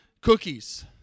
cookies